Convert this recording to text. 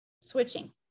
switching